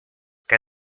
què